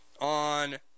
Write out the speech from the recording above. on